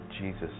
Jesus